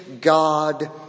God